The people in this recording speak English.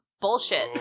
bullshit